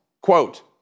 Quote